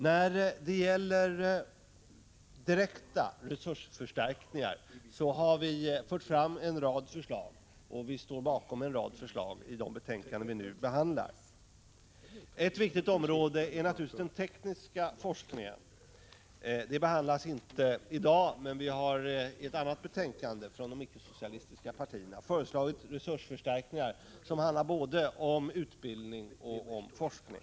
När det gäller direkta resursförstärkningar står vi bakom ett flertal förslag i de betänkanden som vi nu behandlar. Ett viktigt område är naturligtvis den tekniska forskningen. Det behandlas inte i dag, men från de icke-socialistiska partierna har vi i ett annat betänkande föreslagit resursförstärkningar som handlar både om utbildning och om forskning.